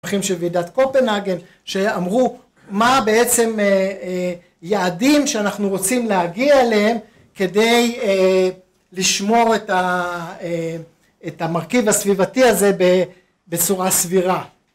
של ועידת קופנגן שאמרו מה בעצם יעדים שאנחנו רוצים להגיע אליהם כדי לשמור את את המרכיב הסביבתי הזה בצורה סבירה